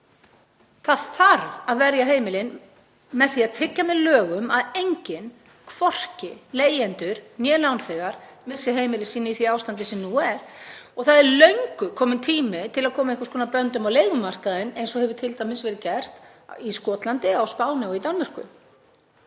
Það þarf að verja heimilin með því að tryggja með lögum að enginn, hvorki leigjendur né lánþegar, missi heimili sitt í því ástandi sem nú er. Og það er löngu kominn tími til að koma einhvers konar böndum á leigumarkaðinn eins og t.d. hefur verið gert í Skotlandi, á Spáni og í Danmörku.